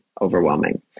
overwhelming